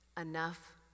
enough